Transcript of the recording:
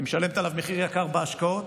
היא משלמת עליו מחיר יקר בהשקעות,